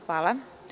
Hvala.